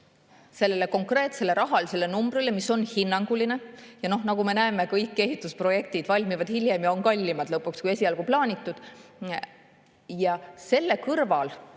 sellele konkreetsele rahalisele numbrile, mis on hinnanguline – nagu me näeme, kõik ehitusprojektid valmivad hiljem ja on lõpuks kallimad, kui esialgu plaanitud –, tuleb